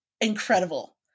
incredible